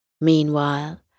Meanwhile